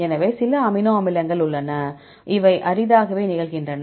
எனவே சில அமினோ அமிலங்கள் உள்ளன அவை அரிதாகவே நிகழ்கின்றன